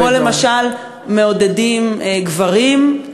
כמו למשל מעודדים גברים,